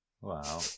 Wow